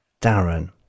Darren